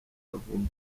kavumu